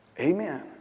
Amen